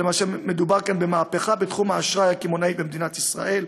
מדובר כאן במהפכה בתחום האשראי הקמעונאי במדינת ישראל.